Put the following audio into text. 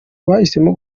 bahisemo